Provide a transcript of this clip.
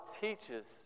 teaches